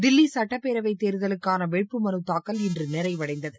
தில்லி சட்டப் பேரவைத் தேர்தலுக்கான வேட்புமனுத் தாக்கல் இன்று நிறைவடைந்தது